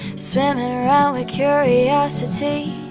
swimming around with curiosity